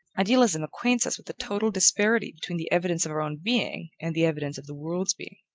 idealism acquaints us with the total disparity between the evidence of our own being, and the evidence of the world's being.